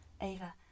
Ava